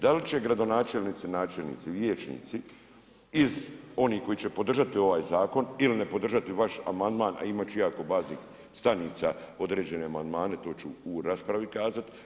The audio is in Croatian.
Da li će gradonačelnici, načelnici, liječnici iz onih koji će podržati ovaj zakon, ili ne podržati vaš amandman, a imati će jako baznih stanica određene amandmane, to ću u raspravi kazati.